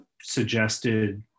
suggested